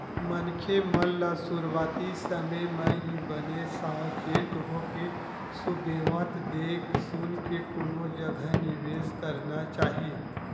मनखे मन ल सुरुवाती समे म ही बने साव चेत होके सुबेवत देख सुनके कोनो जगा निवेस करना चाही